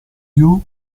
you